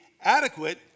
adequate